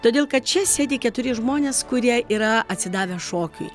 todėl kad čia sėdi keturi žmonės kurie yra atsidavę šokiui